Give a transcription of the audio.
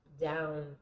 down